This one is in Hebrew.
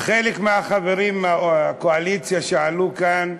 וחלק מהחברים מהקואליציה שאלו כאן,